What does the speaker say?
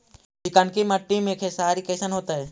चिकनकी मट्टी मे खेसारी कैसन होतै?